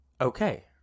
Okay